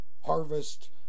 Harvest